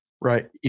Right